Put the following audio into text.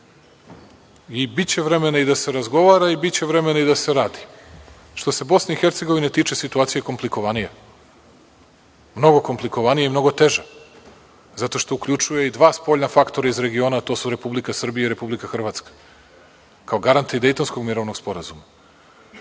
Biće vremena i da se razgovara, biće vremena i da se radi. Što se BiH tiče situacija je komplikovanija, mnogo komplikovanija i mnogo teža zato što uključuje i dva spoljna faktora iz regiona, to su Republika Srbija i Republika Hrvatska, kao garanti Dejtonskog mirovnog sporazuma. Nemamo